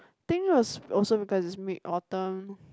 think it was it was because of Mid Autumn